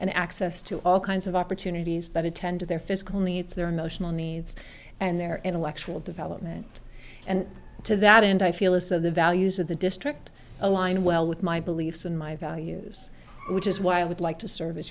and access to all kinds of opportunities that attend to their physical needs their emotional needs and their intellectual development and to that end i feel is so the values of the district align well with my beliefs and my values which is why i would like to serv